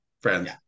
Friends